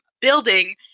building